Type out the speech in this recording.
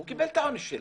הוא קיבל את העונש שלו.